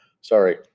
sorry